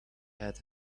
had